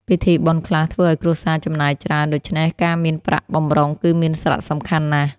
ពិធីបុណ្យខ្លះធ្វើឱ្យគ្រួសារចំណាយច្រើន ដូច្នេះការមានប្រាក់បម្រុងគឺមានសារៈសំខាន់ណាស់។